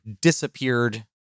disappeared